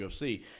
UFC